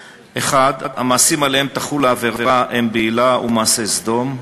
1. המעשים שעליהם תחול העבירה הם בעילה ומעשה סדום.